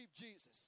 Jesus